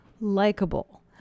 likable